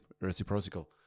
reciprocal